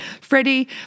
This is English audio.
Freddie